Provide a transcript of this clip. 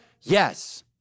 yes